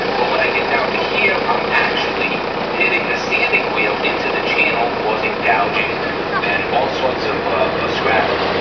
but when i get down to here i'm actually hitting the sanding wheel into the channel, causing gouging and all sorts of scratches.